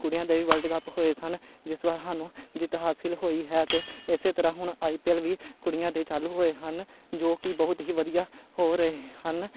ਕੁੜੀਆਂ ਦੇ ਵੀ ਵਲਡ ਕੱਪ ਹੋਏ ਸਨ ਜਿਸ ਵਾਰ ਸਾਨੂੰ ਜਿੱਤ ਹਾਸਲ ਹੋਈ ਹੈ ਅਤੇ ਇਸੇ ਤਰ੍ਹਾਂ ਹੁਣ ਆਈ ਪੀ ਐੱਲ ਵੀ ਕੁੜੀਆਂ ਦੇ ਚਾਲੂ ਹੋਏ ਹਨ ਜੋ ਕਿ ਬਹੁਤ ਹੀ ਵਧੀਆ ਹੋ ਰਹੇ ਹਨ